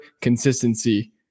consistency